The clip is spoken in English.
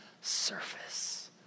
surface